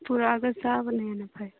ꯄꯨꯔꯛꯑꯒ ꯆꯥꯕꯅ ꯍꯦꯟꯅ ꯐꯩ